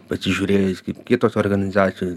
pasižiūrėjus kaip kitos organizacijo